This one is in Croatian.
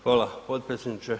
Hvala potpredsjedniče.